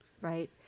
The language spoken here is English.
Right